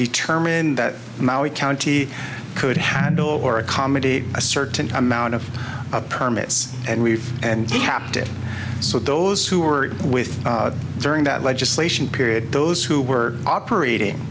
determined that now it county could handle or accommodate a certain amount of permits and we've and the haptic so those who are with during that legislation period those who were operating